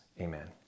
amen